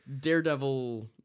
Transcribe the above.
Daredevil